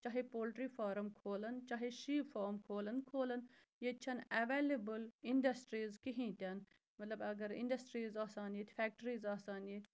چاہے poultry farm کھولَن چاہے شیٖپ فام کھولَن کھولَن ییٚتہِ چھَنہٕ اٮ۪وٮ۪لیبٕل اِنٛڈَسٹرٛیٖز کِہیٖنۍ تہِ نہٕ مطلب اَگر اِنٛڈَسٹرٛیٖز آسان ییٚتہِ فٮ۪کٹرٛیٖز آسان ییٚتہِ